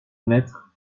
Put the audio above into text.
mettre